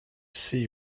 see